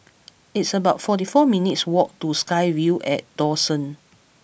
it's about forty four minutes' walk to SkyVille at Dawson